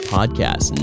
Podcast